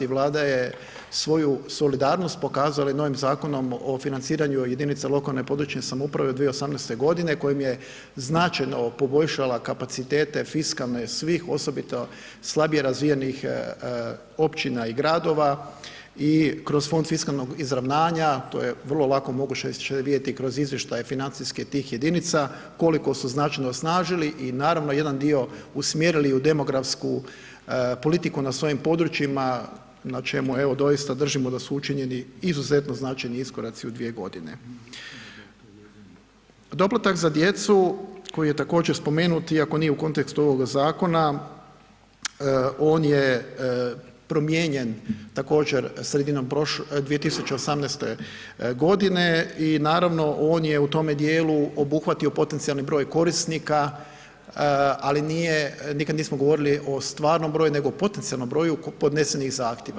Vlada je svoju solidarnost pokazala i novim Zakonom o financiranju jedinica lokalne područne samouprave u 2018. godini, kojim je značajno poboljšala kapacitete fiskalne svih, osobito slabije razvijenih Općina i Gradova, i kroz Fond fiskalnog izravnanja, to je vrlo lako moguće vidjeti kroz izvještaje financijske tih jedinica koliko su značajno osnažili i naravno jedan dio usmjerili i u demografsku politiku na svojim područjima, na čemu evo doista držimo da su učinjeni izuzetno značajni iskoraci u 2.g. Doplatak za djecu koji je također spomenut iako nije u kontekstu ovog zakona, on je promijenjen također sredinom 2018.g. i naravno on je u tome dijelu obuhvatio potencijalni broj korisnika, ali nije, nikad nismo govorili o stvarnom broju, nego o potencijalnom broju podnesenih zahtjeva.